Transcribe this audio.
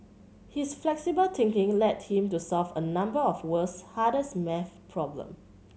his flexible thinking led him to solve a number of the world's hardest maths problem